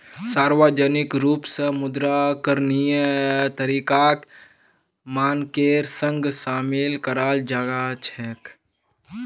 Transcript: सार्वजनिक रूप स मुद्रा करणीय तरीकाक मानकेर संग शामिल कराल जा छेक